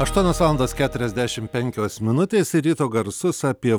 aštuonios valandos keturiasdešimt penkios minutės ir ryto garsus apie